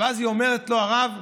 היא אומרת לו: הרב,